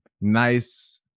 nice